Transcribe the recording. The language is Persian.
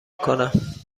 کنم